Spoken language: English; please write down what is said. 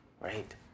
right